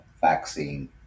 vaccine